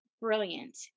brilliant